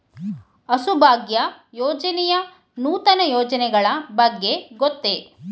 ಹಸುಭಾಗ್ಯ ಯೋಜನೆಯ ನೂತನ ಯೋಜನೆಗಳ ಬಗ್ಗೆ ಗೊತ್ತೇ?